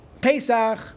Pesach